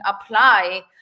apply